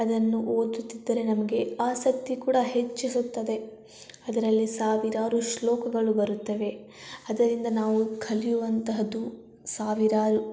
ಅದನ್ನು ಓದುತ್ತಿದ್ದರೆ ನಮ್ಗೆ ಆಸಕ್ತಿ ಕೂಡ ಹೆಚ್ಚಿಸುತ್ತದೆ ಅದರಲ್ಲಿ ಸಾವಿರಾರು ಶ್ಲೋಕಗಳು ಬರುತ್ತವೆ ಅದರಿಂದ ನಾವು ಕಲಿಯುವಂತಹದ್ದು ಸಾವಿರಾರು